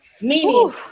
meaning